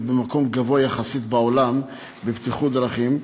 במקום גבוה יחסית בעולם בבטיחות דרכים,